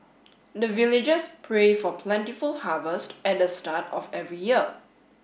the villagers pray for plentiful harvest at the start of every year